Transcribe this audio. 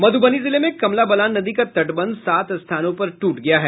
मधुबनी जिले में कमला बलान नदी का तटबंध सात स्थानों पर टूट गया है